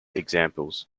examples